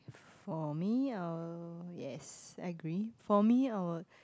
for me I'll yes I agree for me I'll